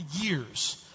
years